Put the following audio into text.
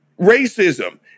racism